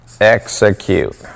execute